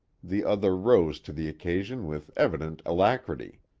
the other rose to the occasion with evident alacrity.